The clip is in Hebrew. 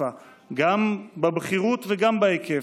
גם בבכירות וגם בהיקף,